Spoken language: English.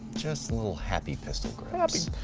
just a little happy pistol grips.